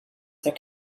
their